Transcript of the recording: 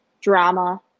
drama